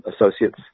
associates